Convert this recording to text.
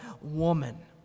woman